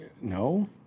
No